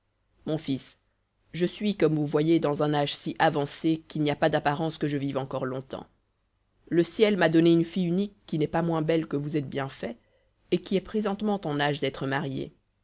mon fils je suis comme vous voyez dans un âge si avancé qu'il n'y a pas d'apparence que je vive encore longtemps le ciel m'a donné une fille unique qui n'est pas moins belle que vous êtes bien fait et qui est présentement en âge d'être mariée